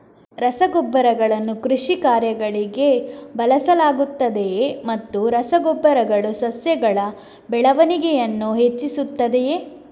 ರಸಗೊಬ್ಬರಗಳನ್ನು ಕೃಷಿ ಕಾರ್ಯಗಳಿಗೆ ಬಳಸಲಾಗುತ್ತದೆಯೇ ಮತ್ತು ರಸ ಗೊಬ್ಬರಗಳು ಸಸ್ಯಗಳ ಬೆಳವಣಿಗೆಯನ್ನು ಹೆಚ್ಚಿಸುತ್ತದೆಯೇ?